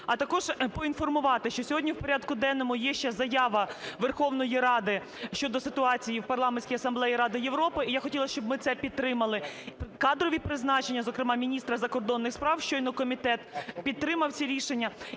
А також поінформувати, що сьогодні в порядку денному є ще Заява Верховної Ради щодо ситуації в Парламентській Асамблеї Ради Європи, і я хотіла б, щоб ми це підтримали. Кадрові призначення, зокрема міністра закордонних справ, щойно комітет підтримав ці рішення.